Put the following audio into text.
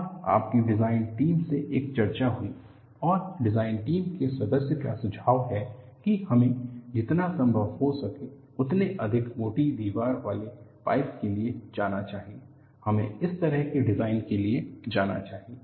और आपकी design team से एक चर्चा हुई और डिज़ाइन टीम के सदस्य का सुझाव हैकी हमें जितना संभव हो सके उतने अधिक मोटी दीवार वाले पाइप के लिए जाना चाहिए हमें इस तरह के डिज़ाइन के लिए जाना चाहिए